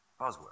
Buzzword